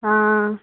हां